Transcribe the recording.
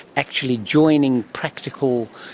actually joining practical,